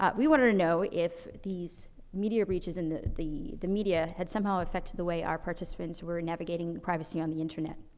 ah we wanted to know if these media breaches in the. the the media had some how affected the way our participants were navigating privacy on the internet.